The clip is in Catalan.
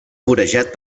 vorejat